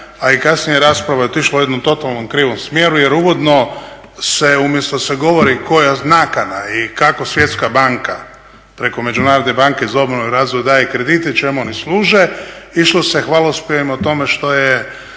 a i kasnije rasprava je otišla u jednom totalno krivom smjeru jer uvodno se umjesto da se govori koja je nakana i kako Svjetska banka preko Međunarodne banke za obnovu i razvoj daje kredite i čemu oni služe išlo se hvalospjevima o tome što je